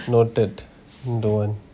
noted you don't want